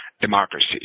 democracy